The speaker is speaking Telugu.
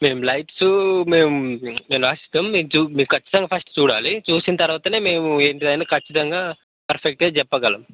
మేము లైట్స్ మేము రాసి ఇస్తాము మీరు ఖచ్చితంగా ఫస్ట్ చూడాలి చూసిన తరువాతనే మేము ఏంటిదని ఖచ్చితంగా పర్ఫెక్ట్గా చెప్పగలం